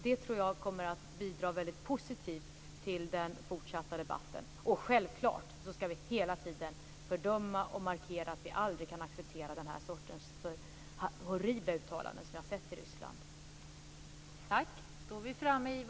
Det tror jag kommer att bidra väldigt positivt till den fortsatta debatten. Självklart skall vi hela tiden fördöma och markera att vi aldrig kan acceptera den här sortens horribla uttalanden som vi har sett i Ryssland.